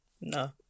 No